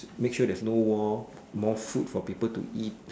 make sure there's no war more food for people to eat